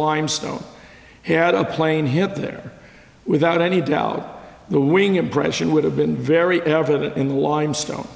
limestone had a plane hit there without any doubt the wing impression would have been very evident in the line stone